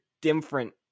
different